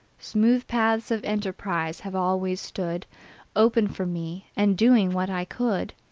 smooth paths of enterprise have always stood open for me, and, doing what i could,